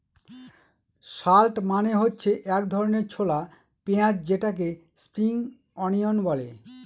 shallot মানে হচ্ছে এক ধরনের ছোলা পেঁয়াজ যেটাকে স্প্রিং অনিয়ন বলে